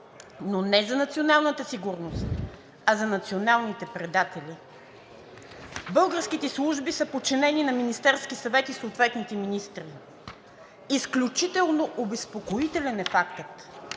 но не за националната сигурност, а за националните предатели. Българските служби са подчинени на Министерския съвет и съответните министри. Изключително обезпокоителен е фактът,